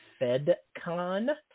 FedCon